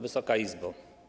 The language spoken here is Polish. Wysoka Izbo!